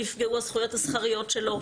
נפגעו הזכויות השכריות שלו,